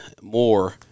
more